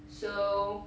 so